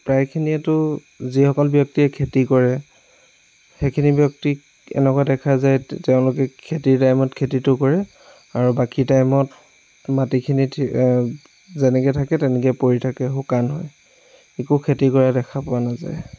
প্ৰায়খিনিয়েতো যিসকল ব্যক্তিয়ে খেতি কৰে সেইখিনি ব্যক্তিক এনেকুৱা দেখা যায় তেওঁলোকে খেতিৰ টাইমত খেতিটো কৰে আৰু বাকী টাইমত মাটিখিনি ঠিক যেনেকে থাকে তেনেকে পৰি থাকে শুকান হৈ একো খেতি কৰা দেখা পোৱা নাযায়